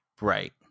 Right